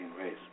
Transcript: race